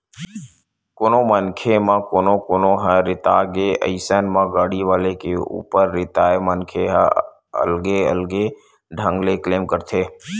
कोनो मनखे म कोनो कोनो ह रेता गे अइसन म गाड़ी वाले ऊपर रेताय मनखे ह अलगे अलगे ढंग ले क्लेम करथे